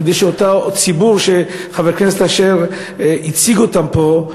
כדי שאותו ציבור שחבר הכנסת אשר הציג פה,